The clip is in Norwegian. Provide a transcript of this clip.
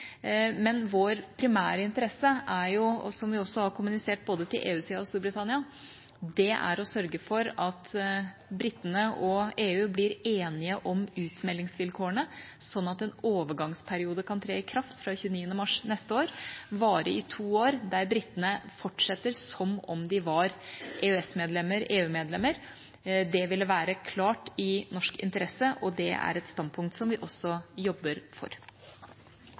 Men vår primære interesse er jo, som vi også har kommunisert både til EU-siden og til Storbritannia, å sørge for at britene og EU blir enige om utmeldingsvilkårene, sånn at en overgangsperiode kan tre i kraft fra 29. mars neste år og vare i to år, der britene fortsetter som om de var EØS-/EU-medlemmer. Det ville klart være i norsk interesse, og det er et standpunkt som vi også jobber for.